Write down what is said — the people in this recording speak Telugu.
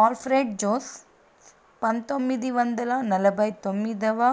అల్ఫ్రెడ్ జోన్స్ పంతొమ్మిది వందల నలభై తొమ్మిదవ